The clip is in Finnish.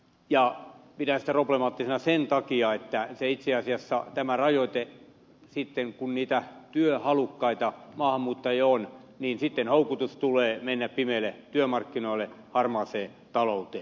ja pidän sitä problemaattisena sen takia että itse asiassa tämän rajoitteen myötä sitten kun niitä työhalukkaita maahanmuuttajia on houkutus tulee mennä pimeille työmarkkinoille harmaaseen talouteen